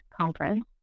conference